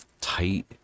tight